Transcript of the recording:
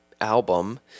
album